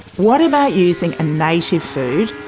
what about using a native food,